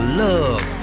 love